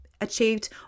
achieved